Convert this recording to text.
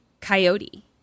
Coyote